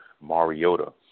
Mariota